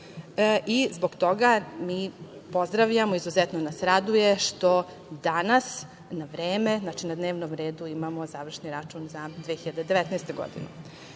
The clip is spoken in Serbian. Zbog toga mi pozdravljamo, izuzetno nas raduje što danas na vreme, znači na dnevnom redu imamo završni račun za 2019.